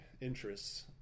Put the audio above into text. interests